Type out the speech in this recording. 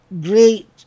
great